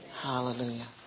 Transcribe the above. Hallelujah